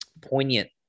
poignant